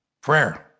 Prayer